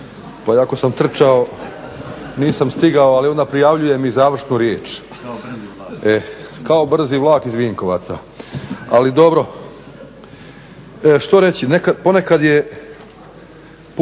pa iako sam trčao nisam stigao. Ali onda prijavljujem i završnu riječ. Kao brzi vlak iz Vinkovaca, ali dobro. Što reći? Ponekad je